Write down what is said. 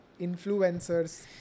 influencers